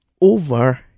over